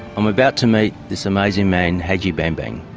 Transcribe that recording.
i'm about to meet this amazing man, haji bambang.